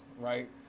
right